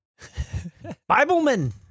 Bibleman